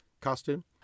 costume